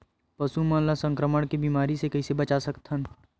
पशु मन ला संक्रमण के बीमारी से कइसे बचा सकथन?